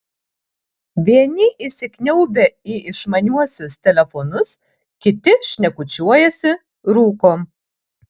vieni įsikniaubę į išmaniuosius telefonus kiti šnekučiuojasi rūko